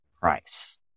price